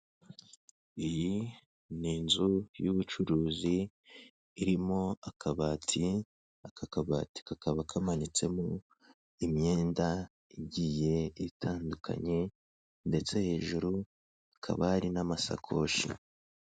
Iyi ni inzu y'ubucuruzi irimo akabati, aka kabati kakaba kamanitsemo imyenda igiye itandukanye ndetse hejuru hakaba hari n'amasakoshi.